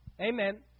Amen